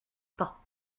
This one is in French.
pas